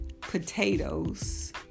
potatoes